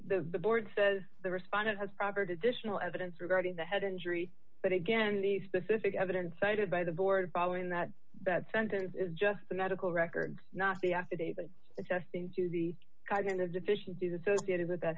the the board says the respondent has proper to additional evidence regarding the head injury but again the specific evidence cited by the board following that that sentence is just the medical records not the affidavits attesting to the kinds of deficiencies associated with that